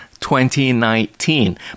2019